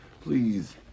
please